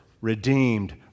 redeemed